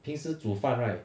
平时煮饭 right